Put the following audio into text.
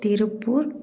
Tiruppur